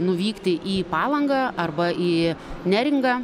nuvykti į palangą arba į neringą